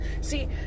See